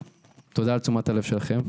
תודה על תשומת הלב שלכם.